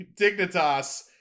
Dignitas